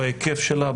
בהיקף שלה,